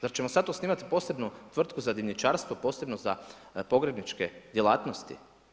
Zar ćemo sad tu osnivati posebnu tvrtku za dimnjačarstvo, posebno za pogrebničke djelatnosti?